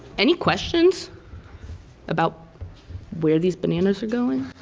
any questions about where these bananas are going?